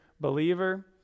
believer